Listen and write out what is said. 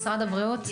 משרד הבריאות,